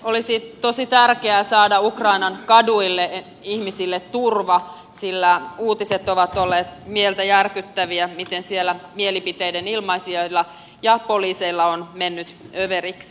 olisi tosi tärkeää saada ukrainan kaduille ihmisille turva sillä uutiset ovat olleet mieltä järkyttäviä miten siellä mielipiteiden ilmaisijoilla ja poliiseilla on mennyt överiksi